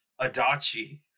Adachi